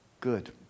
good